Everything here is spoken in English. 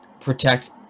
protect